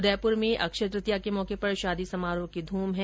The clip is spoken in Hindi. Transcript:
उदयपुर में भी अक्षय ततीया के मौके पर शादी समारोहों की ध्यम है